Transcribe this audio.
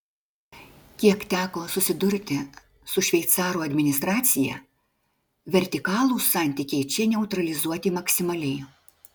kiek teko susidurti su šveicarų administracija vertikalūs santykiai čia neutralizuoti maksimaliai